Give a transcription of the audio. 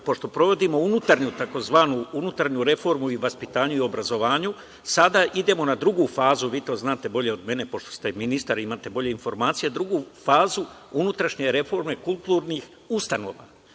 pošto sprovodimo unutrašnju, tzv. unutrašnju reformu u vaspitanju i obrazovanju, sada idemo na drugu fazu, vi to znate bolje od mene, pošto ste ministar i imate bolje informacije, drugu fazu unutrašnje reforme kulturnih ustanova.